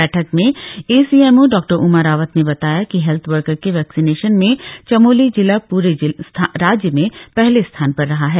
बैठक में एसीएमओ डॉ उमा रावत ने बताया कि हेल्थ वर्कर के वैक्सीनेशन में चमोली जिला पुरे राज्य में पहले स्थान पर रहा है